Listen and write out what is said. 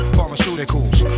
Pharmaceuticals